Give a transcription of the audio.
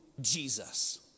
Jesus